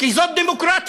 כי זאת דמוקרטיה.